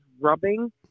rubbing